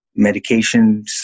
medications